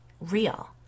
real